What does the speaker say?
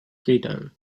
freedom